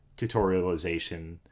tutorialization